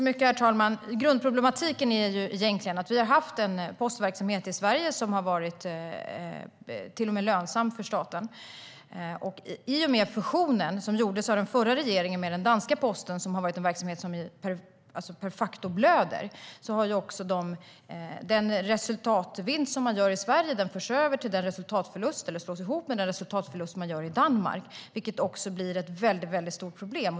Herr talman! Grundproblematiken är egentligen denna: Vi har haft en postverksamhet i Sverige som till och med har varit lönsam för staten. Men nu har vi en fusion som gjordes under den förra regeringen med den danska posten, och den danska posten har varit en verksamhet som de facto blöder. Den resultatvinst man gör i Sverige slås ihop med den resultatförlust man gör i Danmark, vilket blir ett stort problem.